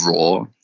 raw